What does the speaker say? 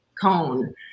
cone